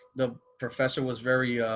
the professor was very